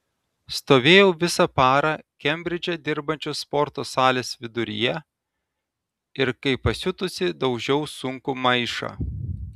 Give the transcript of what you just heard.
stovėjau visą parą kembridže dirbančios sporto salės viduryje ir kaip pasiutusi daužiau sunkų maišą